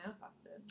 manifested